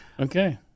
Okay